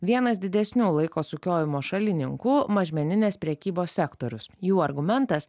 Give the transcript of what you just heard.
vienas didesnių laiko sukiojimo šalininkų mažmeninės prekybos sektorius jų argumentas